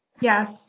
Yes